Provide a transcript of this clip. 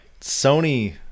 Sony